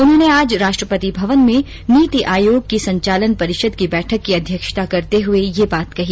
उन्होंने आज राष्ट्रपति भवन में नीति आयोग की संचालन परिषद की बैठक की अध्यक्षता करते हुए ये बात कही